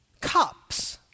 cups